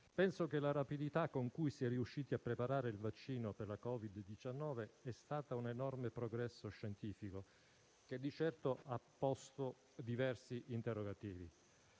penso che la rapidità con cui si è riusciti a preparare il vaccino per la Covid-19 sia stata un enorme progresso scientifico che di certo ha posto diversi interrogativi.